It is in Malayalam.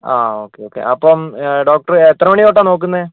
ആ ഓക്കെ ഓക്കെ അപ്പം ഡോക്ടർ എത്ര മണി തൊട്ടാ നോക്കുന്നത്